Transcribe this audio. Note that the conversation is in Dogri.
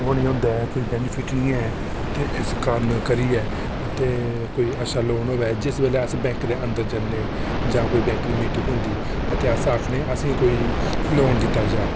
ओह् निं होंदा ऐ कोई बैनीफिट निं होऐ केह् फायदा इस कारण करियै ते कोई अच्छा लोन होऐ जिस बेल्लै अस बैंक दे अंदर जन्ने जा कोई बैंक दी मीटिंग होंदी अते अस आखने असें ई कोई लोन दित्ता जा